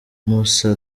moussa